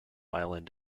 island